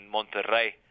Monterrey